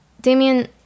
Damien